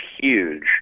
huge